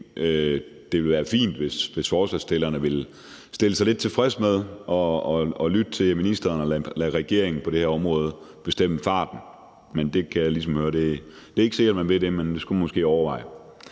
det ville være fint, hvis forslagsstillerne ville stille sig lidt tilfreds med at lytte til ministeren og lade regeringen bestemme farten på det her område. Jeg kan ligesom høre, at det ikke er sikkert, man vil det, men det skulle man måske overveje.